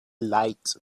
light